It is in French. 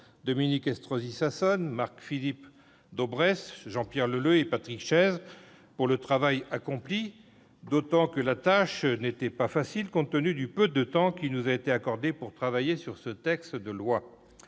Dominique Estrosi Sassone, Marc-Philippe Daubresse, Jean-Pierre Leleux et Patrick Chaize, pour le travail qu'ils ont accompli. Leur tâche n'était pas facile, compte tenu du peu de temps qui nous a été accordé pour travailler sur ce projet de loi.